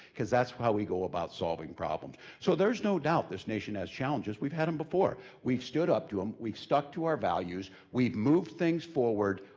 because that's how we go about solving problems. so there's no doubt, this nation has challenges we've had them before. we've stood up to them, um we've stuck to our values, we've moved things forward,